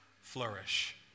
flourish